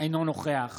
אינו נוכח